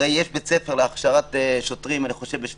הרי יש בית ספר להכשרת שוטרים בשפרעם,